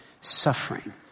suffering